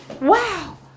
Wow